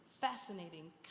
fascinating